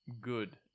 good